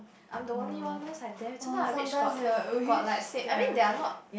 I'm the only one loh sometimes I wish got got like same I mean they're not